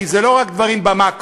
כי זה לא רק דברים במקרו.